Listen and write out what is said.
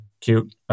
cute